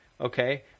okay